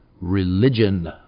religion